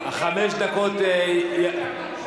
חבר הכנסת גפני,